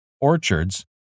orchards